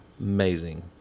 amazing